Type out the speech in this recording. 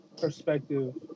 perspective